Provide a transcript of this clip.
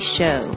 Show